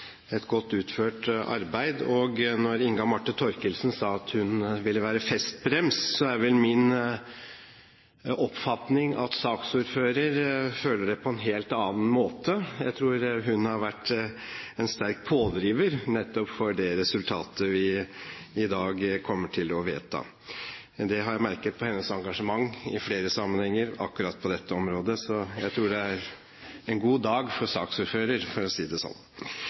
et godt utført arbeid. Når Inga Marte Thorkildsen sa at hun ville være festbrems, så er vel min oppfatning at saksordføreren føler det på en helt annen måte. Jeg tror at hun har vært en sterk pådriver nettopp for det resultatet vi i dag kommer til å vedta. Det har jeg merket på hennes engasjement i flere sammenhenger akkurat på dette området. Så jeg tror det er en god dag for saksordføreren, for å si det sånn.